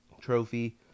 trophy